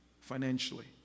financially